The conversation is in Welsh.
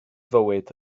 fywyd